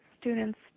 students